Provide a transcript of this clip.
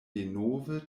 denove